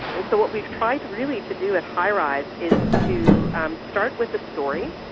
and so what we've tried really to do at highrise is to um start with the story,